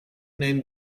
named